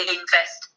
invest